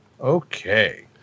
Okay